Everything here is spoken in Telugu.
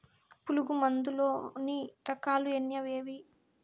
పులుగు మందు లోని రకాల ఎన్ని అవి ఏవి?